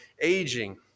aging